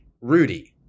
Rudy